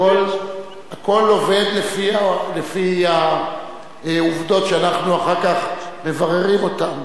הכול עובד לפי העובדות שאנחנו אחר כך מבררים אותן.